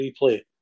Replay